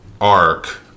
arc